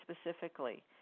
specifically